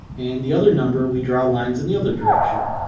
and the other number we draw lines in the other direction.